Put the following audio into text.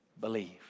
Believe